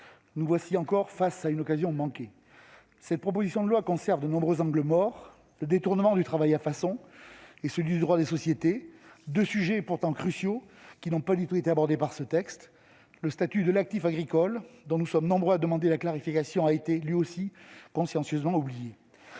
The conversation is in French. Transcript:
Nous voici encore une fois face à une occasion manquée ! Cette proposition de loi conserve de nombreux angles morts : le détournement du travail à façon et celui du droit des sociétés, deux sujets pourtant cruciaux qui n'ont pas du tout été abordés dans ce texte. Le statut de l'actif agricole, dont nous sommes nombreux à demander la clarification a été, lui aussi, consciencieusement oublié.